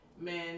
men